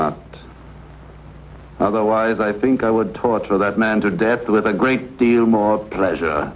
lean otherwise i think i would torture that man to death with a great deal more pleasure